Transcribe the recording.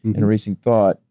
and erasing thought.